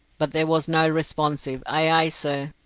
but there was no responsive aye, aye, sir.